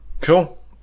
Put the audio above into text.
cool